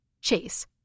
Chase